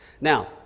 Now